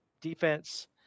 defense